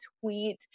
tweet